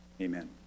Amen